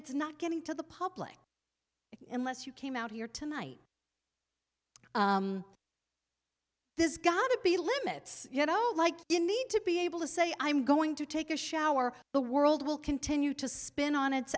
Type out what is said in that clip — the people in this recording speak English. it's not getting to the public in less you came out here tonight this got to be limits you know like you need to be able to say i'm going to take a shower the world will continue to spin on its